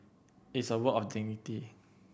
it's a work of dignity